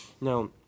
Now